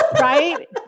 Right